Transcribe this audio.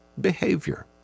behavior